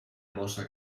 mossa